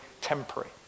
temporary